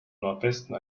nordwesten